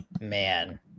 Man